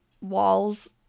walls